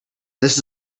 this